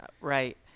Right